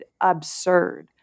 absurd